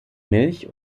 milch